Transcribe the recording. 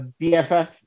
BFF